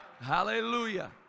Hallelujah